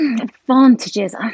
advantages